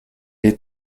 est